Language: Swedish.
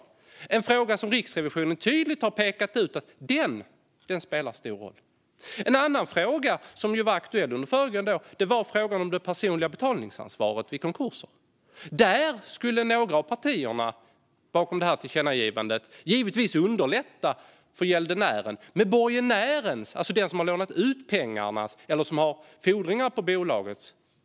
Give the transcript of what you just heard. Det är en fråga som Riksrevisionen tydligt har pekat ut som något som spelar stor roll. En annan fråga som var aktuell under föregående år var frågan om det personliga betalningsansvaret vid konkurser. Där skulle några av partierna bakom detta tillkännagivande givetvis underlätta för gäldenären, med borgenärens pengar som risk, alltså den som har lånat ut pengarna eller som har fordringar på bolaget.